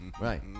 Right